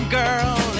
girl